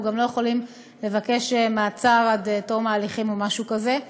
גם לא יכולים לבקש מעצר עד תום ההליכים או משהו כזה.